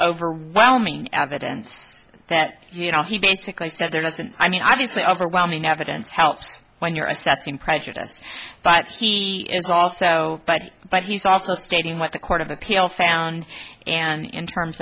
overwhelming evidence that you know he basically said there wasn't i mean obviously overwhelming evidence helps when you're assessing prejudice but he is also but but he's also stating what the court of appeal found and in terms